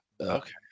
Okay